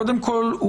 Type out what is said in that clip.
קודם כול,